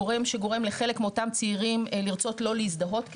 גורם שגורם לחלק מאותם צעירים לרצות לא להזדהות כיהודים.